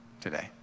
today